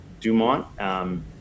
Dumont